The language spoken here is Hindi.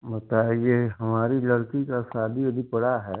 बताइए हमारी लड़की की शादी वादी पड़ी है